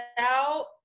out